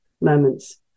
moments